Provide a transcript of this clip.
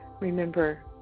remember